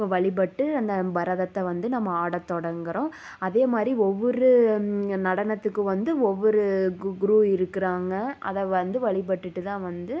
வழிபட்டு அந்த பரதத்தை வந்து நம்ம ஆடத்தொடங்குகிறோம் அதே மாதிரி ஒவ்வொரு நடனத்துக்கும் வந்து ஒவ்வொரு கு குரு இருக்குறாங்க அதை வந்து வழிபட்டுகிட்டு தான் வந்து